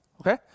okay